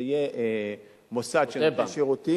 זה יהיה מוסד שנותן שירותים,